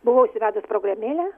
buvau įsivedus programėlę